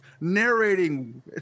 Narrating